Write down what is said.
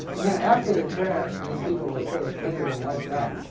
and then after the crash, when these people were sort of many of them wiped out,